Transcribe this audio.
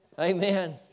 Amen